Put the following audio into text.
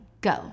Go